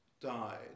died